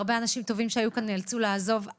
הרבה אנשים טובים שהיו כאן נאלצו לעזוב.